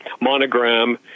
Monogram